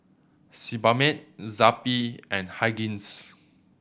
Sebamed Zappy and Hygin's